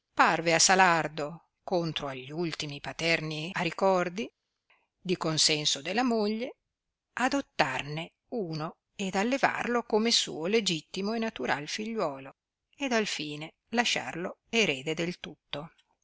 parve a salardo contro agli ultimi paterni aricordi di consenso della moglie adottarne uno ed allevarlo come suo legittimo e naturai figliuolo ed al fine lasciarlo erede del tutto